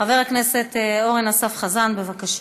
חבר הכנסת אורן אסף חזן, בבקשה.